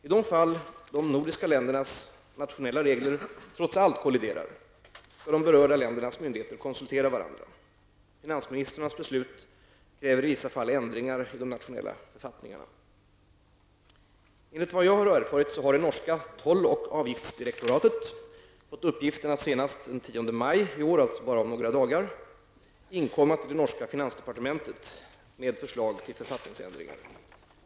I de fall de nordiska ländernas nationella regler trots allt kolliderar, skall de berörda ländernas myndigheter konsultera varandra. Finansministrarnas beslut kräver i vissa fall ändringar i de nationella författningarna. Enligt vad jag erfarit har det norska Toll och Avgiftsdirektoratet fått uppgiften att senast den 10 maj i år, alltså om bara några dagar, inkomma till det norska finansdepartementet med förslag till författningsändringar.